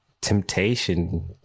Temptation